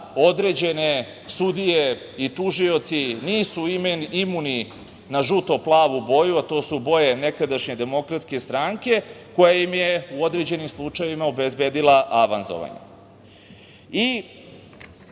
određene sudije i tužioci nisu imuni na žuto-plavu boju, a to su boje nekadašnje Demokratske stranke, koja im je u određenim slučajevima obezbedila avanzovanje. Ja